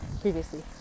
previously